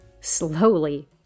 Slowly